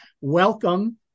welcome